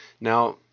Now